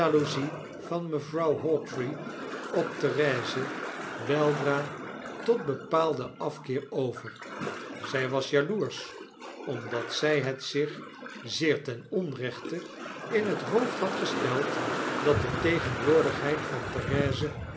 van mevrouw hawtrey op therese weldra tot bepaalden afkeer over zij was jaloersch omdat zij het zich zeer ten onrechte in het hoofd had gesteld datde tegenwoordigheid van therese